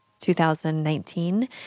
2019